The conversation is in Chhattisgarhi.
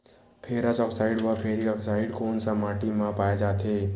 फेरस आकसाईड व फेरिक आकसाईड कोन सा माटी म पाय जाथे?